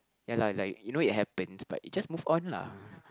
ya lah like you know it happened but it just move on lah